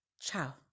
Ciao